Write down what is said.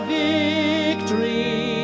victory